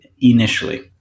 initially